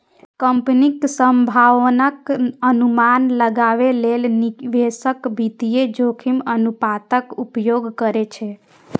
कंपनीक संभावनाक अनुमान लगाबै लेल निवेशक वित्तीय जोखिम अनुपातक उपयोग करै छै